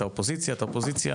אתה אופוזיציה.